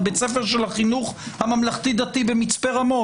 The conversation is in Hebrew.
בית ספר של החינוך הממלכתי דתי במצפה רמון.